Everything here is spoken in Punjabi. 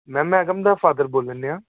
ਮੈਮ ਮੈਂ ਏਕਮ ਦਾ ਫਾਦਰ ਬੋਲਣ ਡਿਆ